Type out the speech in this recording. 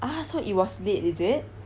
ah so it was late is it